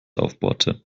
aufbohrte